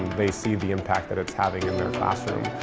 they see the impact that it's having in their classroom.